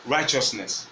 Righteousness